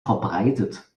verbreitet